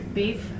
beef